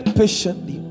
patiently